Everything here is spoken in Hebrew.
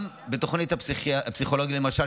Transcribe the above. גם בתוכנית הפסיכולוגיה למשל,